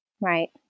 Right